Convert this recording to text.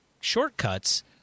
shortcuts